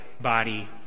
body